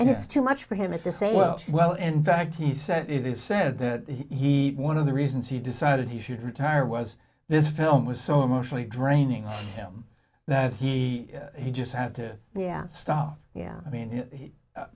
and it's too much for him to say well well in fact he said it is sad that he one of the reasons he decided he should retire was this film was so emotionally draining him that he he just had to yeah stop yeah i mean